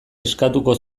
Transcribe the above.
eskatuko